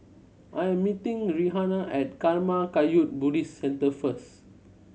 I am meeting Rhianna at Karma Kagyud Buddhist Centre first